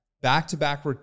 back-to-back